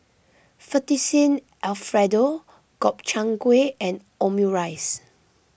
Fettuccine Alfredo Gobchang Gui and Omurice